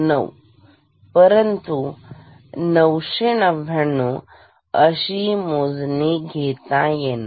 999 परंतु 999 अशी मोजणी नसणार